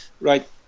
right